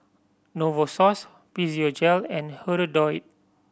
Novosource Physiogel and Hirudoid